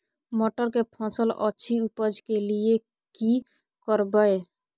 मटर के फसल अछि उपज के लिये की करबै?